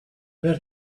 where